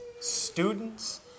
students